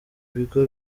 bigo